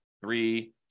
three